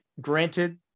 Granted